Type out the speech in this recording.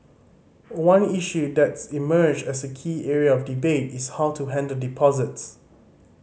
one issue that's emerged as a key area of debate is how to handle deposits